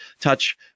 touch